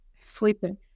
Sleeping